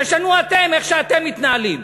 תשנו אתם, איך שאתם מתנהלים.